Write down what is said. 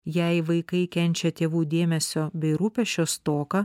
jei vaikai kenčia tėvų dėmesio bei rūpesčio stoką